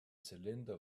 cylinder